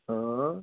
ਹਾਂ